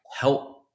help